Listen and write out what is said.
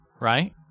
Right